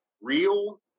real